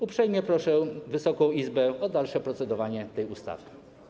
Uprzejmie proszę Wysoką Izbę o dalsze procedowanie nad tą ustawą.